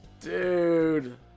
Dude